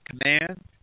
command